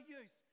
use